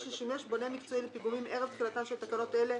ששימש בונה מקצועי לפיגומים ערב תחילתן של תקנות אלה,